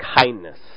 kindness